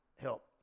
help